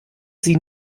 sie